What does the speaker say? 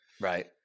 Right